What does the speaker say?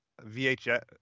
VHS